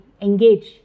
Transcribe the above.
engage